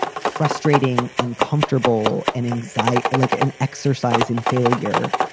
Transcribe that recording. frustrating, uncomfortable and anxiety, like an exercise in failure.